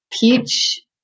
peach